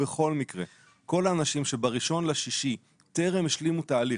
בכל מקרה כל האנשים שב-1.6 טרם השלימו תהליך,